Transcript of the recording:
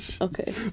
Okay